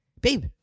Babe